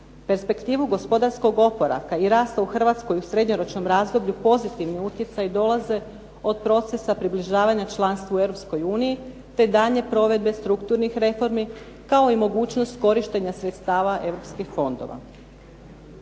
perspektivu gospodarskog oporavka i rasta u Hrvatskoj u srednjoročnom razdoblju u pozitivni utjecaji dolaze od procesa približavanja članstvu u Europskoj uniji te daljnje provedbe strukturnih reformi kao i mogućnost korištenja sredstava Europskih fondova.